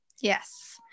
Yes